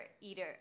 eater